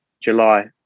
July